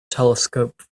telescope